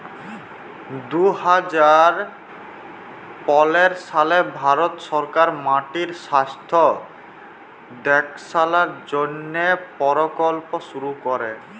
দু হাজার পলের সালে ভারত সরকার মাটির স্বাস্থ্য দ্যাখাশলার জ্যনহে পরকল্প শুরু ক্যরে